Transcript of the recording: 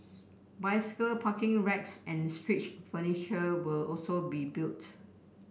bicycle parking racks and street furniture will also be built